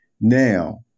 Now